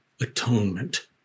atonement